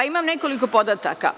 Imam nekoliko podataka.